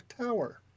Tower